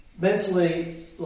Mentally